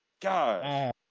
God